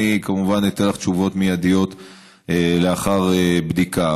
אני כמובן אתן לך תשובות מיידיות לאחר בדיקה.